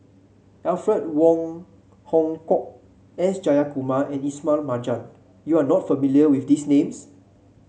Alfred Wong Hong Kwok S Jayakumar and Ismail Marjan you are not familiar with these names